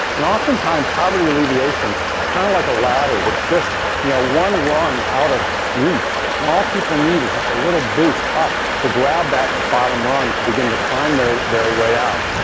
and oftentimes poverty alleviation, it's kind of like a ladder that's just you know one wrung out of reach and all people need is just a little boost up to grab that bottom rung to begin to climb their way way out.